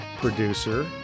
producer